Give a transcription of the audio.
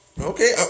Okay